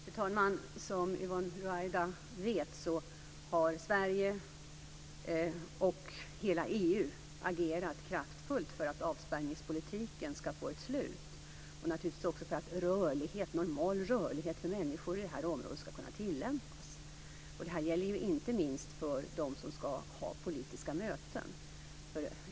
Fru talman! Som Yvonne Ruwaida vet har Sverige och hela EU agerat kraftfullt för att avspärrningspolitiken ska få ett slut och naturligtvis också för att normal rörlighet ska kunna tillämpas för människor i detta område. Det gäller inte minst för dem som ska ha politiska möten.